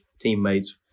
teammates